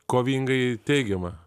kovingai teigiama